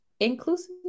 Inclusive